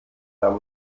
nahm